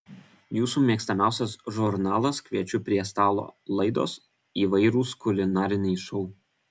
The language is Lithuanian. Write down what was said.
jūsų mėgstamiausias žurnalas kviečiu prie stalo laidos įvairūs kulinariniai šou